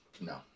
No